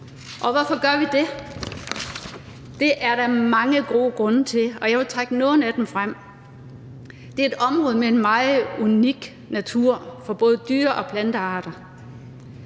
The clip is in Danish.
Hvorfor gør vi det? Det er der mange gode grunde til, og jeg vil trække nogle af dem frem. Det er et område med en meget unik natur for både dyre- og plantearter.